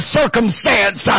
circumstance